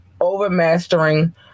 overmastering